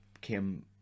came